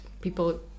people